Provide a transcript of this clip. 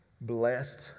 Blessed